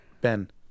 Ben